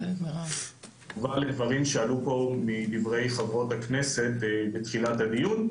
כתגובה לדברים שנאמרו פה על ידי חברות הכנסת בתחילת הדיון,